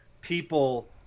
people